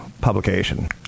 publication